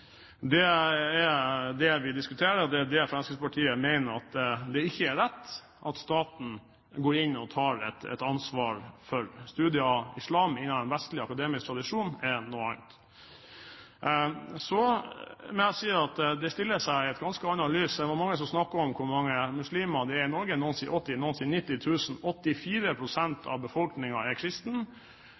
Det er det vi diskuterer, og det er det Fremskrittspartiet mener ikke er riktig. At staten går inn og tar et ansvar for studier i islam innen den vestlige akademiske tradisjon, er noe annet. Så må jeg si at det stiller seg i et ganske annet lys: Det var mange som snakket om hvor mange muslimer det er i Norge. Noen sier 80 000, noen sier 90 000. 84 pst. av